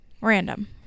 Random